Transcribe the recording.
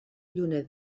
lluna